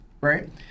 right